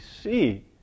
see